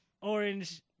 Orange